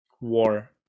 war